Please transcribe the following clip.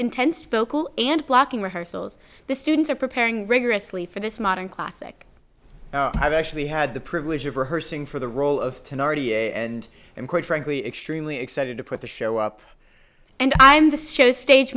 intense vocal and blocking rehearsals the students are preparing rigorously for this modern classic i've actually had the privilege of rehearsing for the role of to an r t a and and quite frankly extremely excited to put the show up and i'm this show stage